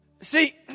See